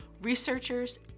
Researchers